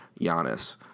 Giannis